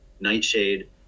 Nightshade